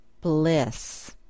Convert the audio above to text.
bliss